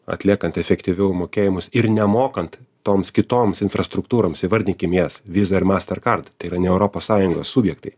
atliekant efektyviau mokėjimus ir nemokant toms kitoms infrastruktūroms įvardykim jas vis dar mastercard tai yra ne europos sąjungos subjektai